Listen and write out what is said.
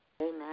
Amen